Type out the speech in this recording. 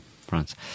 France